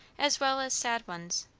as well as sad ones,